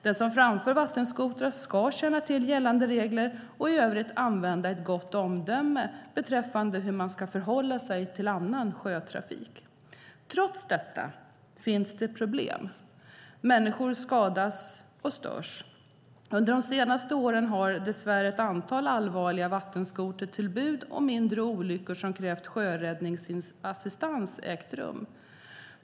Den som framför vattenskoter ska känna till gällande regler och i övrigt använda ett gott omdöme beträffande hur man ska förhålla sig till annan sjötrafik. Trots detta finns det problem - människor skadas och störs. Under de senaste åren har, dess värre, ett antal allvarliga vattenskotertillbud och mindre olyckor som krävt sjöräddningsassistans ägt rum.